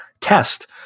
test